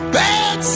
bad